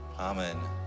Amen